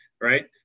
right